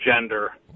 Gender